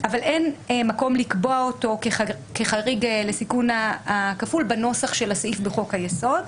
אבל אין מקום לקבוע אותו כחריג לסיכון הכפול בנוסח של הסעיף בחוק היסוד.